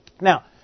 Now